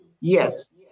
Yes